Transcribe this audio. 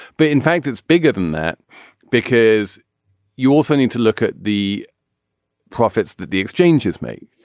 but in fact it's bigger than that because you also need to look at the profits that the exchange is made.